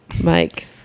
Mike